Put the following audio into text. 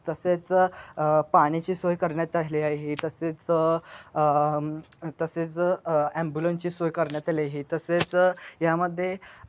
तसेचं पाणीची सोय करण्यात आली आहे तसेचतसेच ॲम्बुलन्सची सोय करण्यात आली आहे तसेच यामध्ये